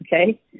Okay